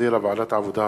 שהחזירה ועדת העבודה,